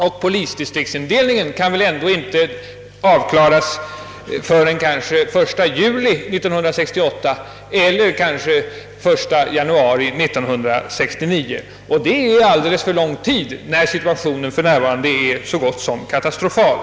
Och polisdistriktsindelningen kan väl inte klaras av förrän den 1 juli 1968 — eller kanske den 1 januari 1969. Och dit är det alldeles för lång tid, när situationen för närvarande är nära nog katastrofal.